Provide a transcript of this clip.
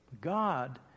God